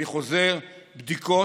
אני חוזר: בדיקות,